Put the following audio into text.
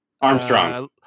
Armstrong